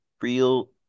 Real